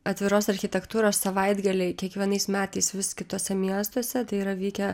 atviros architektūros savaitgaliai kiekvienais metais vis kituose miestuose tai yra vykę